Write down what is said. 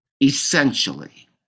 essentially